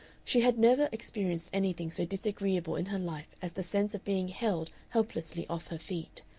she had never experienced anything so disagreeable in her life as the sense of being held helplessly off her feet.